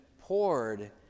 poured